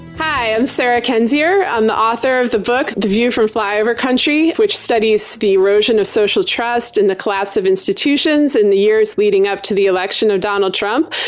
i'm sarah kendzior. i'm the author of the book the view from flyover country, which studies the erosion of social trust and the collapse of institutions in the years leading up to the election of donald trump.